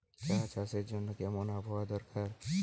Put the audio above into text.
চা চাষের জন্য কেমন আবহাওয়া দরকার?